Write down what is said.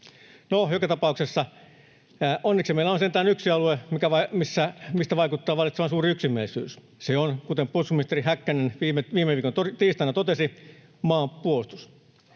No, joka tapauksessa onneksi meillä on sentään yksi alue, mistä vaikuttaa vallitsevan suuri yksimielisyys. Se on, kuten puolustusministeri Häkkänen viime viikon tiistaina totesi, maanpuolustus.